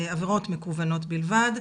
עבירות מקוונות בלבד,